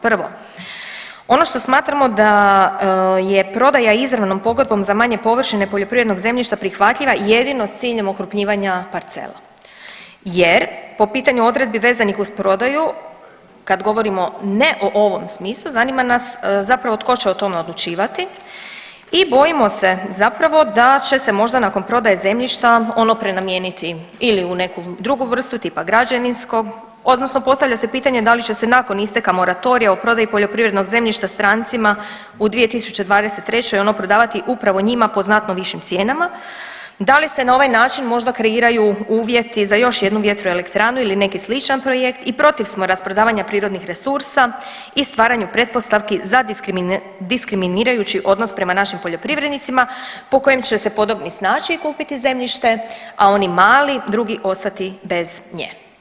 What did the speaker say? Prvo, ono što smatramo da je prodaja izravnom pogodbom za manje površine poljoprivrednog zemljišta prihvatljiva jedino s ciljem okrupnjivanja parcela jer po pitanju odredbi vezanih uz prodaju kad govorimo ne o ovom smislu zanima nas zapravo tko će o tome odlučivati i bojimo se zapravo da će se možda nakon prodaje zemljišta ono prenamijeniti ili u neku drugu vrstu tipa građevinskog odnosno postavlja se pitanje da li će se nakon isteka moratorija o prodaji poljoprivrednog zemljišta strancima u 2023. ono prodavati upravo njima po znatno višim cijenama, da li se na ovaj način možda kreiraju uvjeti za još jednu vjetroelektranu ili neki sličan projekt i protiv smo rasprodavanja prirodnih resursa i stvaranju pretpostavku za diskriminirajući odnos prema našim poljoprivrednicima po kojem će se podobni snaći i kupiti zemljište, a oni mali drugi ostati bez nje.